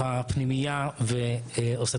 בשעה שאני מתחבא בתוך הפנימייה ועושה